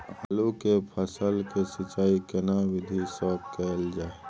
आलू के फसल के सिंचाई केना विधी स कैल जाए?